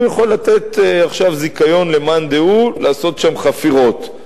הוא יכול לתת עכשיו זיכיון למאן דהוא לעשות שם חפירות,